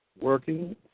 working